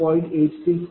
87002 2